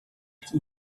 que